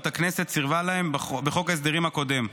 הכנסת סירבה להם בחוק הסדרים הקודם.